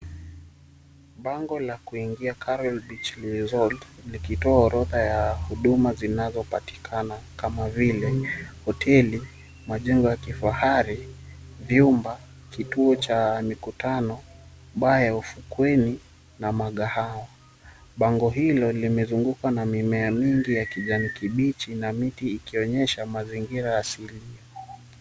Bango la kuingia Coral Beach Resorts, likitoa orodha ya huduma zinazopatikana. Kama vile; hoteli, majengo ya kifahari, vyumba, kituo cha mikutano, baa ya ufukweni na magahawa. Bango hilo limezungukwa na mimea mingi ya kijani kibichi na miti, ikionyesha mazingira asilia.